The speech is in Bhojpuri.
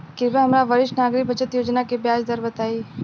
कृपया हमरा वरिष्ठ नागरिक बचत योजना के ब्याज दर बताई